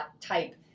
type